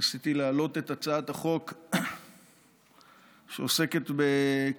ניסיתי להעלות את הצעת החוק שעוסקת בקיצור